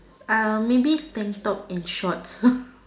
maybe tank top and shorts